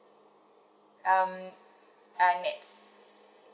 um err nets